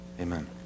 amen